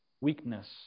weakness